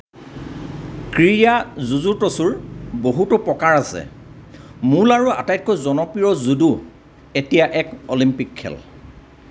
ক্ৰীড়া জুজুটছুৰ বহুতো প্ৰকাৰ আছে মূল আৰু আটাইতকৈ জনপ্ৰিয় জুডো এতিয়া এক অলিম্পিক খেল